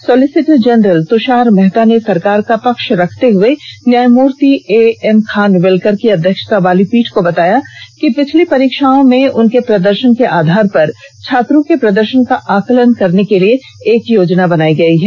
solicitor general Tushar Mehta ने सरकार का पक्ष रखते हुए न्यायमूर्ति एएम खानविल्कर की अध्यक्षता वाली पीठ को बताया कि पिछली परीक्षाओं में उनके प्रदर्शन के आधार पर छात्रों के प्रदर्शन का आकलन करने के लिए एक योजना बनायी गयी है